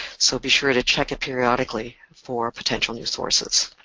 so be sure to check it periodically for potential new sources.